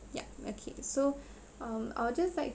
yup okay so um I will just like